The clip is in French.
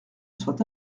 soit